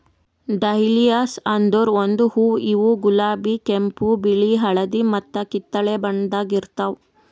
dahlias ಅಂದುರ್ ಒಂದು ಹೂವು ಇವು ಗುಲಾಬಿ, ಕೆಂಪು, ಬಿಳಿ, ಹಳದಿ ಮತ್ತ ಕಿತ್ತಳೆ ಬಣ್ಣದಾಗ್ ಇರ್ತಾವ್